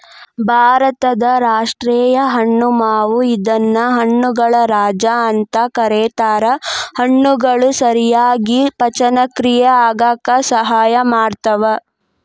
ಭಾರತದ ರಾಷ್ಟೇಯ ಹಣ್ಣು ಮಾವು ಇದನ್ನ ಹಣ್ಣುಗಳ ರಾಜ ಅಂತ ಕರೇತಾರ, ಹಣ್ಣುಗಳು ಸರಿಯಾಗಿ ಪಚನಕ್ರಿಯೆ ಆಗಾಕ ಸಹಾಯ ಮಾಡ್ತಾವ